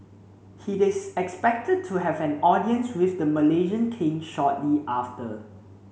he is expected to have an audience with the Malaysian King shortly after